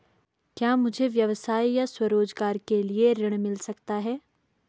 क्या मुझे व्यवसाय या स्वरोज़गार के लिए ऋण मिल सकता है?